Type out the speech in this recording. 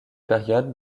période